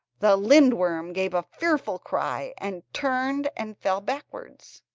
the lindworm gave a fearful cry, and turned and fell backwards.